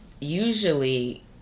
usually